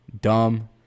Dumb